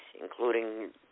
including